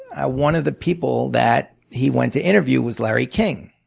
ah one of the people that he went to interview was larry king.